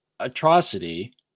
atrocity